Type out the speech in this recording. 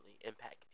impact